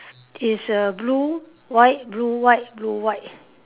is err blue white blue white blue white